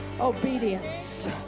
obedience